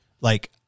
Like-